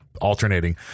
alternating